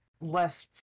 left